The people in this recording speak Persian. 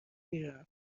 میرم